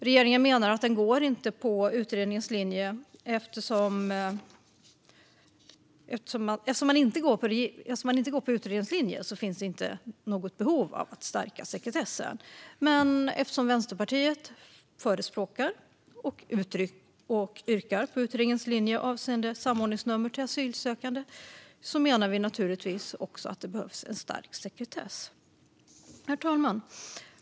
Regeringen menar att det, eftersom man inte går på utredningens linje, inte finns något behov av att stärka sekretessen. Men eftersom Vänsterpartiet förespråkar - och yrkar bifall till - utredningens linje avseende samordningsnummer till asylsökande menar vi naturligtvis också att det behövs en stark sekretess. Herr talman!